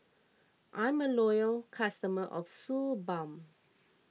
I'm a loyal customer of Suu Balm